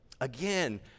again